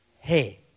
hey